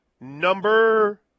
number –